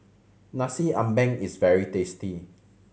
Nasi Ambeng is very tasty